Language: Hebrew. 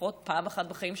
לפחות פעם אחת בחיים שלהם,